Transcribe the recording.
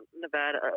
Nevada